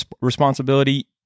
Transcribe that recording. responsibility